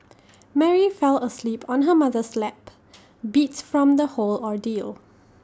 Mary fell asleep on her mother's lap beat from the whole ordeal